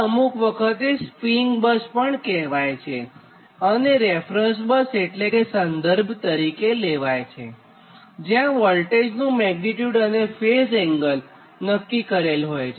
આ અમુક વખતે સ્વીંગ બસ કહેવાય છે અને રેફરન્સ એટલે કે સંદર્ભ તરીકે લેવાય છેજ્યાં વોલ્ટેજનં મેગ્નીટ્યુડ અને ફેઝ એંગલ નક્કી કરેલ હોય છે